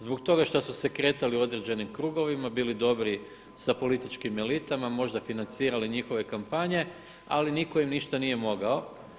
Zbog toga što su se kretali u određenim krugovima, bili dobri s političkim elitama, možda financirali njihove kampanje, ali im nitko ništa nije mogao.